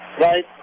right